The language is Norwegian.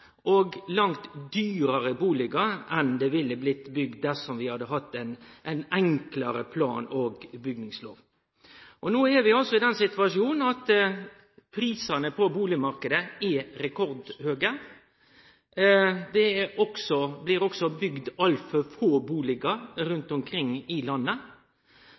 og langt dyrare bustader enn dersom vi hadde hatt ein enklare plan- og bygningslov. No er vi i den situasjonen at prisane på bustadmarknaden er rekordhøge. Det blir også bygd altfor få bustader rundt omkring i landet,